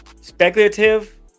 speculative